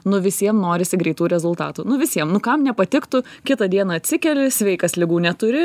nu visiem norisi greitų rezultatų nu visiem nu kam nepatiktų kitą dieną atsikeli sveikas ligų neturi